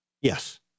yes